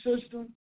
system